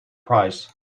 price